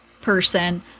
person